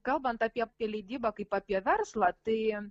kalbant apie leidybą kaip apie verslą tai